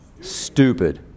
stupid